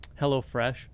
HelloFresh